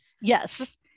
yes